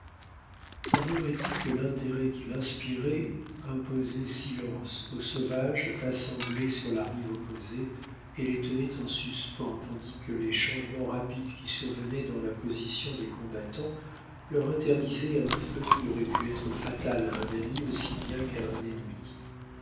on aurait dit que l'intérêt qu'il inspirait imposait silence aux sauvages assemblés sur la rive opposée et les tenait en suspens tandis que les changements rapides qui survenaient dans la position des combattants leur interdisaient un feu qui aurait pu être fatal à un ami aussi bien qu'à un ennemi